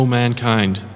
mankind